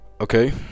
Okay